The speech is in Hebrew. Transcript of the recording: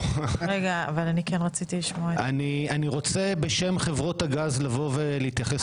אני רוצה בשם חברות הגז לבוא ולהתייחס